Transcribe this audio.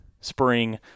spring